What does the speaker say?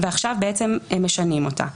ועכשיו משנים אותה.